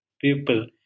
people